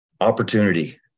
opportunity